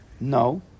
No